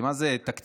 מה זה תקציב?